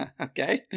Okay